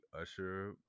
Usher